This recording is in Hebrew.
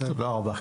תודה רבה.